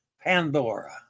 Pandora